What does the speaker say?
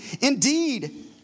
indeed